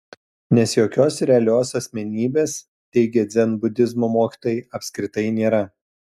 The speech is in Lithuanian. nes jokios realios asmenybės teigia dzenbudizmo mokytojai apskritai nėra